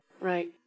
Right